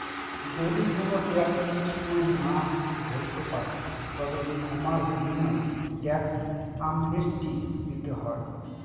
যদি কোনো ট্যাক্স ঠিক সময়ে না ভরতে পারো, তবে ক্ষমার বিনিময়ে ট্যাক্স অ্যামনেস্টি দিতে হয়